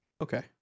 Okay